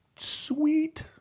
Sweet